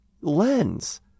lens